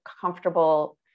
comfortable